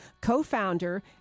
co-founder